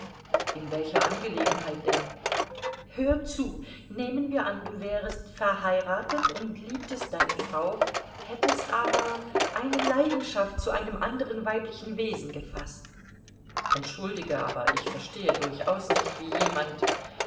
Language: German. in welcher angelegenheit denn hör zu nehmen wir an du wärest verheiratet und liebtest deine frau hättest aber eine leidenschaft zu einem anderen weiblichen wesen gefaßt entschuldige aber ich verstehe durchaus nicht wie jemand